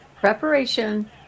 Preparation